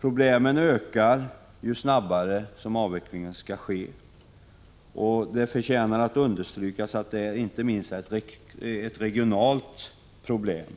Problemen ökar ju snabbare avvecklingen skall ske. Det förtjänar att understrykas att avvecklingen inte minst är ett regionalt problem.